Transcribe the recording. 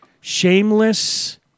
Shameless